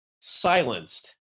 silenced